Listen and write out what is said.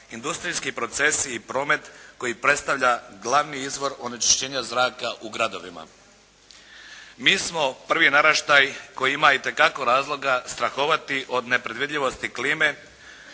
industrijski procesi i promet koji predstavlja glavni izvor onečišćenja zraka u gradovima. Mi smo prvi naraštaj koji ima itekako razloga strahovati od nepredvidljivosti klime